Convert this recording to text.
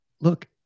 Look